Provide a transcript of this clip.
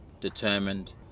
determined